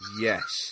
Yes